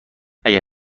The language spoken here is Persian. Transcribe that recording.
اگر